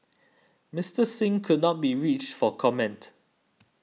Mister Singh could not be reached for comment